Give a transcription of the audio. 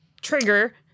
trigger